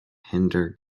hinder